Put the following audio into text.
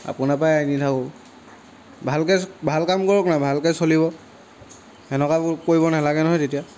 আপোনাৰ পৰাই আনি থাকোঁ ভালকৈ ভাল কাম কৰক না ভালকৈ চলিব তেনেকুৱাবোৰ কৰিব নালাগে নহয় তেতিয়া